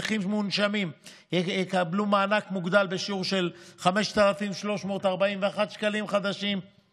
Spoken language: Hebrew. נכים מונשמים יקבלו מענק מוגדל בשיעור של 5,341 שקלים חדשים,